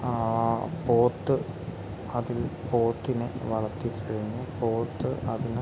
പോത്ത് അതിൽ പോത്തിനെ വളർത്തി കഴിഞ്ഞു പോത്ത് അതിന്